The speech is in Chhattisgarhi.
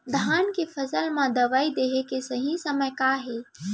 धान के फसल मा दवई देहे के सही समय का हे?